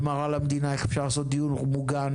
ומראה למדינה איך אפשר לעשות דיור מוגן,